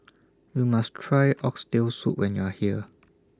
YOU must Try Oxtail Soup when YOU Are here